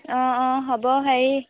অঁ অঁ হ'ব হেৰি